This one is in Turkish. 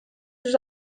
yüz